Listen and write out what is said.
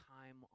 time